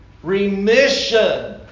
Remission